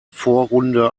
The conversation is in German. vorrunde